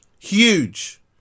huge